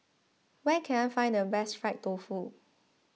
where can I find the best Fried Tofu